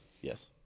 Yes